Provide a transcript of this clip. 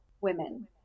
women